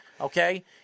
Okay